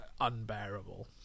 unbearable